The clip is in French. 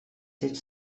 sept